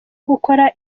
gukora